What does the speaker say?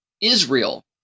israel